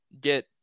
get